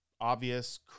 obvious